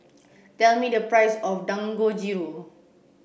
tell me the price of Dangojiru